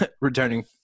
returning –